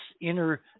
inner